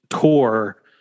tour